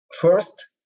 First